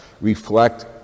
Reflect